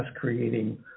creating